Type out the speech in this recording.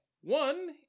one